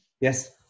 Yes